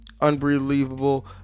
unbelievable